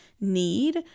need